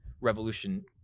revolution